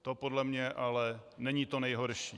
To podle mě ale není to nejhorší.